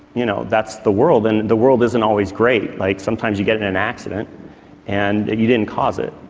you know that's the world, and the world isn't always great. like sometimes you get in an accident and you didn't cause it,